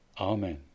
Amen